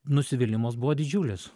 nusivylimas buvo didžiulis